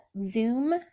Zoom